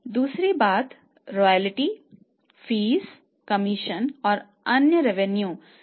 दूसरी बात रॉयल्टी कहते हैं